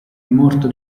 morto